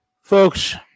folks